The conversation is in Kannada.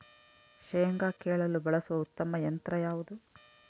ಶೇಂಗಾ ಕೇಳಲು ಬಳಸುವ ಉತ್ತಮ ಯಂತ್ರ ಯಾವುದು?